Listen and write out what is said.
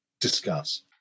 Discuss